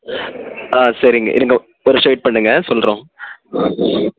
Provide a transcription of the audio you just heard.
ஆ சரிங்க இருங்கள் ஒரு நிமிடம் வெயிட் பண்ணுங்கள் சொல்கிறோம்